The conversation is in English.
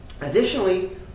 Additionally